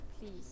please